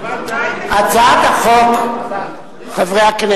מי קובע שהם חסרי דת?